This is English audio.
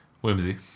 Whimsy